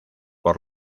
por